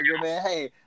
Hey